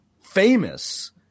famous